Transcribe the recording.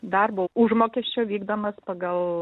darbo užmokesčio vykdomas pagal